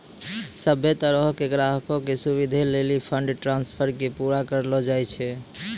सभ्भे तरहो के ग्राहको के सुविधे लेली फंड ट्रांस्फर के पूरा करलो जाय छै